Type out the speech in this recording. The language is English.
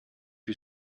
you